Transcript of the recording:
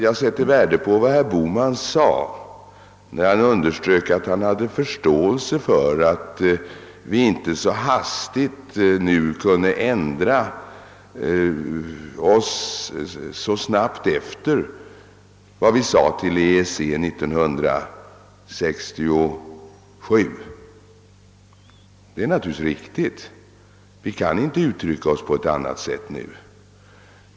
Jag sätter värde på vad herr Bohman sade, när han underströk att han hade förståelse för att vi inte helt plötsligt kan ändra oss så snart efter vad vi sade till EEC 1967. Det är naturligtvis riktigt; vi kan inte uttrycka oss på annat sätt nu.